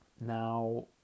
Now